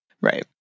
Right